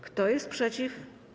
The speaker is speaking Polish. Kto jest przeciw?